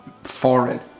foreign